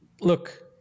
look